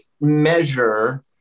measure